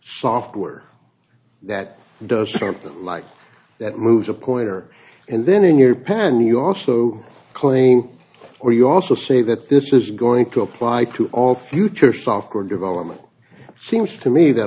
software that does something like that moves a pointer and then in your pen you also claim or you also say that this is going to apply to all future software development seems to me that